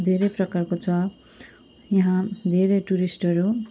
धेरै प्रकारको छ यहाँ धेरै टुरिस्टहरू